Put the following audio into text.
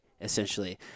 Essentially